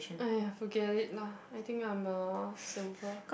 !aiya! forget it lah I think I'm a silver